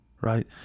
Right